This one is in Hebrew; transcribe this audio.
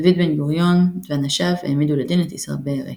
דוד בן-גוריון ואנשיו העמידו לדין את איסר בארי.